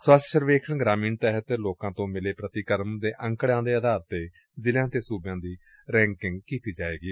ਸਵੱਛ ਸਰਵੇਖਣ ਗਰਾਮੀਣ ਤਹਿਤ ਲੋਕਾਂ ਤੋਂ ਮਿਲੇ ਪ੍ਰਤੀਕਰਮ ਦੇ ਅੰਕੜਿਆਂ ਦੇ ਆਧਾਰ ਤੇ ਜ਼ਿਲ਼ਿਆਂ ਅਤੇ ਸੁਬਿਆਂ ਦੀ ਰੈਕਿੰਗ ਕੀਤੀ ਜਾਏਗੀ